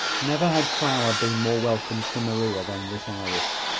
never had flower been more welcome to maria than this iris,